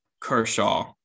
Kershaw